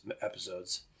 episodes